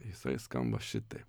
jisai skamba šitaip